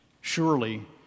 Surely